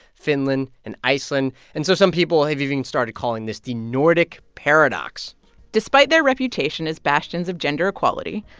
finland and iceland. and so some people have even started calling this the nordic paradox despite their reputation as bastions of gender equality,